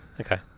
Okay